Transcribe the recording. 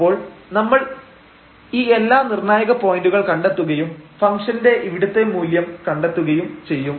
അപ്പോൾ നമ്മൾ ഈ എല്ലാ നിർണായക പോയന്റുകൾ കണ്ടെത്തുകയും ഫംഗ്ഷന്റെ ഇവിടുത്തെ മൂല്യം കണ്ടെത്തുകയും ചെയ്യും